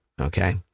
okay